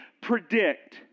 predict